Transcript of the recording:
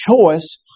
choice